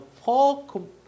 Paul